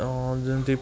ଆଉ ଯେମିତି